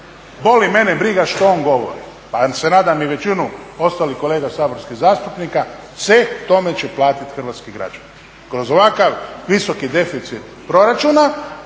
boli mene briga što on govori pa se nadam i većinu ostalih kolega saborskih zastupnika, ceh tome će platiti hrvatski građani. Kroz ovakav visoki deficit proračuna,